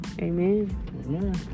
Amen